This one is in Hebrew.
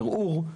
ערעור,